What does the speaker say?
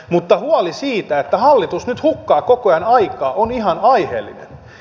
mutta huoli siitä että hallitus nyt hukkaa koko ajan aikaa on ihan aiheellinen